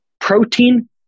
protein